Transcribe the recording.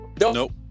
Nope